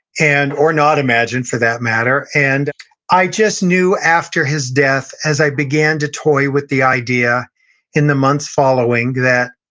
and, or not imagine for that matter. and i just knew after his death, as i began to toy with the idea in the months following that,